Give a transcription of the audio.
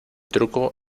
truco